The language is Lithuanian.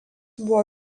buvo